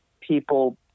people